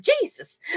Jesus